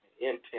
intent